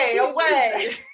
away